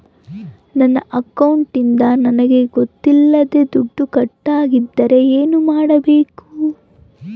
ನನ್ನ ಅಕೌಂಟಿಂದ ನನಗೆ ಗೊತ್ತಿಲ್ಲದೆ ದುಡ್ಡು ಕಟ್ಟಾಗಿದ್ದರೆ ಏನು ಮಾಡಬೇಕು?